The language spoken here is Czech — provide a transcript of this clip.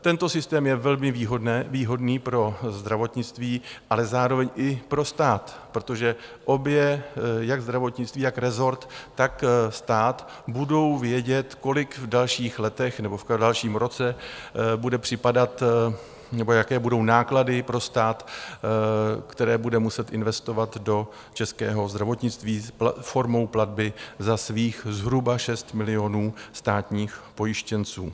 Tento systém je velmi výhodný pro zdravotnictví, ale zároveň i pro stát, protože jak zdravotnictví, jak resort, tak stát budou vědět, kolik v dalších letech nebo v dalším roce bude připadat, nebo jaké budou náklady pro stát, které bude muset investovat do českého zdravotnictví formou platby za svých zhruba 6 milionů státních pojištěnců.